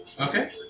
Okay